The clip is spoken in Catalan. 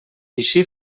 eixir